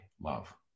love